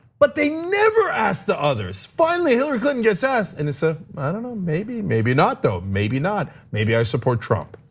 but they never ask the others. finally, hillary clinton gets asked, and it's a, well, i don't know, maybe. maybe not, though, maybe not. maybe i support trump.